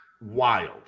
wild